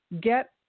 get